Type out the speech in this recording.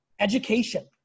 Education